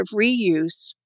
reuse